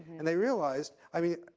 and they realized i mean,